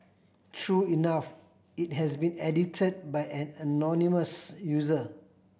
true enough it has been edit by an anonymous user